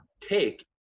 take